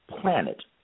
planet